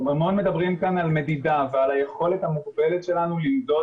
המון מדברים כאן על מדידה ועל היכולת המוגבלת שלנו למדוד